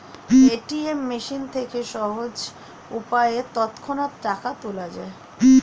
ATM machine থেকে সহজ উপায়ে তৎক্ষণাৎ টাকা তোলা যায়